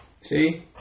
see